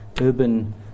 urban